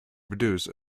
produce